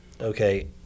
okay